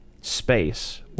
space